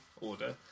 order